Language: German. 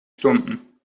stunden